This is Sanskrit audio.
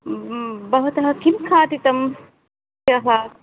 भवतः किं खादितं ह्यः